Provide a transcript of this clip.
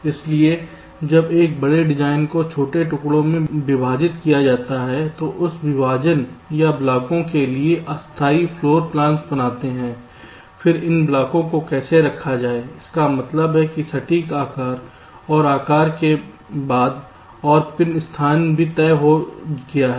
इसलिए जब एक बड़े डिज़ाइन को छोटे टुकड़ों में विभाजित किया जाता है तो इस विभाजन या ब्लॉकों के लिए अस्थायी फ़्लोरप्लांस बनाते हैं फिर इन ब्लॉकों को कैसे रखा जाए इसका मतलब है सटीक आकार और आकार के बाद और पिन का स्थान भी तय हो गया है